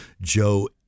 Joe